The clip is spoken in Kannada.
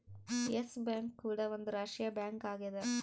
ಎಸ್ ಬ್ಯಾಂಕ್ ಕೂಡ ಒಂದ್ ರಾಷ್ಟ್ರೀಯ ಬ್ಯಾಂಕ್ ಆಗ್ಯದ